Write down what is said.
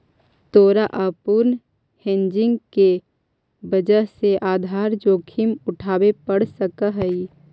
तोरा अपूर्ण हेजिंग के वजह से आधार जोखिम उठावे पड़ सकऽ हवऽ